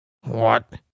What